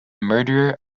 murderer